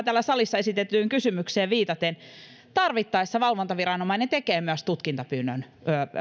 täällä salissa esitettyyn kysymykseen viitaten tarvittaessa valvontaviranomainen tekee myös tutkintapyynnön